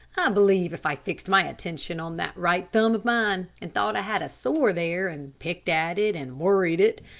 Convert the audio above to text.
believe if i fixed my attention on that right thumb of mine, and thought i had a sore there, and picked at it and worried it,